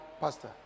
pastor